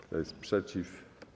Kto jest przeciw?